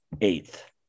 eighth